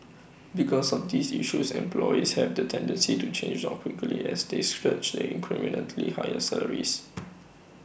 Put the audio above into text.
because of these issues employees have the tendency to change jobs quickly as they search the incrementally higher salaries